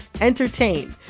entertain